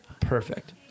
perfect